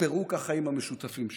לפירוק החיים המשותפים שלנו.